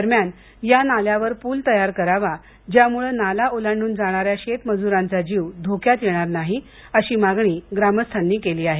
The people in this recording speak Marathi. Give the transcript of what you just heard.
दरम्यान या नाल्यावर पूल तयार करावा ज्यामुळं नाला ओलांडून जाणाऱ्या शेतमज्रांचा जीव धोक्यात येणार नाही अशी मागणी ग्रामस्थांनी केली आहे